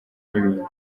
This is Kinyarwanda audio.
n’ibintu